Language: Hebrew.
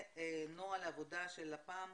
ונוהל עבודה של לפ"מ,